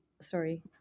sorry